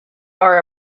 are